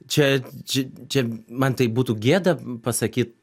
čia č čia man tai būtų gėda pasakyt